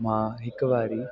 मां हिक वारी